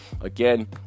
again